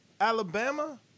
alabama